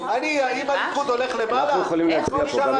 הליכוד יושב למעלה.